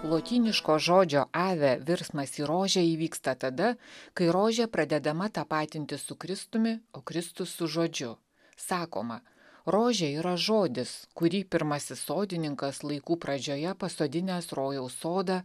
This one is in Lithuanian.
lotyniško žodžio ave virsmas į rožę įvyksta tada kai rožė pradedama tapatinti su kristumi o kristus su žodžiu sakoma rožė yra žodis kurį pirmasis sodininkas laikų pradžioje pasodinęs rojaus sodą